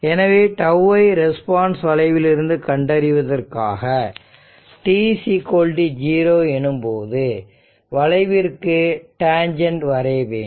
எனவே τ ஐ ரெஸ்பான்ஸ் வளைவிலிருந்து கண்டறிவதற்காக t0 எனும்போது வளைவிற்கு டான்ஜன்ட் வரைய வேண்டும்